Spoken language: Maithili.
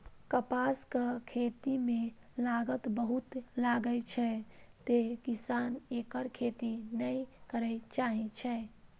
कपासक खेती मे लागत बहुत लागै छै, तें किसान एकर खेती नै करय चाहै छै